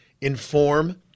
inform